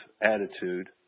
attitude